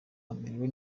amerewe